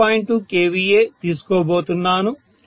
2 kVAతీసుకోబోతున్నాను